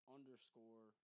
Underscore